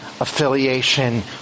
affiliation